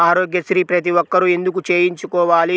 ఆరోగ్యశ్రీ ప్రతి ఒక్కరూ ఎందుకు చేయించుకోవాలి?